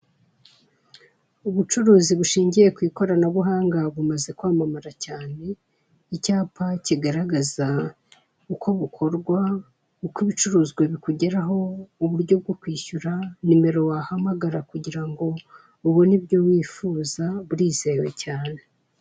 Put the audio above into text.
Ubucuruzi bushingiye ku ikoranabuhanga bumaze kwamamara cyane, icyapa kigaragaza uko bukorya, uko ibicuruzwa bikugeraho, uburyo bwo ku ishyura, nimero wahamagara kugirango ubone ibyo wifuza burizewe cyane.